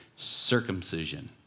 Circumcision